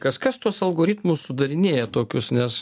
kas kas tuos algoritmus sudarinėja tokius nes